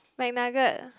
Mcnugget